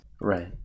Right